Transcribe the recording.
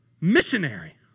Missionary